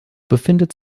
befindet